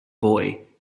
boy